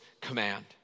command